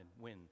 win